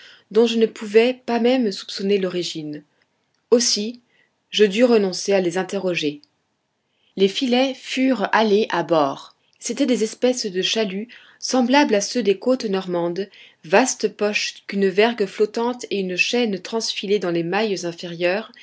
dont je ne pouvais pas même soupçonner l'origine aussi je dus renoncer à les interroger les filets furent halés à bord c'étaient des espèces de chaluts semblables à ceux des côtes normandes vastes poches qu'une vergue flottante et une chaîne transfilée dans les mailles inférieures